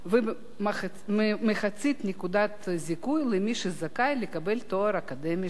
ומחצית נקודת זיכוי למי שזכאי לקבל תואר אקדמי שני.